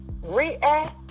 react